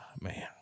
Man